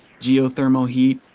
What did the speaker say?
geothermal heat,